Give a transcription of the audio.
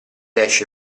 esce